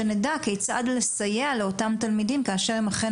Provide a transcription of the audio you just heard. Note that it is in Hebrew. שנדע כיצד לסייע לאותם תלמידים כאשר הם אכן